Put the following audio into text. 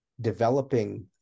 developing